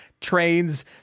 trains